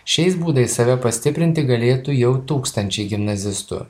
šiais būdais save pastiprinti galėtų jau tūkstančiai gimnazistų